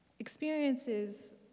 Experiences